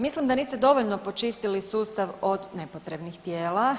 Mislim da niste dovoljno počistili sustav od nepotrebnih tijela.